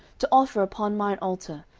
to offer upon mine altar,